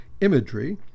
imagery